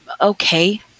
okay